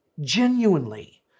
genuinely